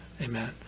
Amen